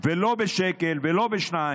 198,000. ולא בשקל ולא בשניים,